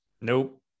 Nope